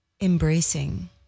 Embracing